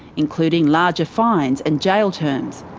including larger fines and jail terms.